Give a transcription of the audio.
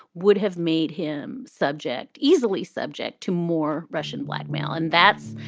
would have made him subject easily subject to more russian blackmail. and that's,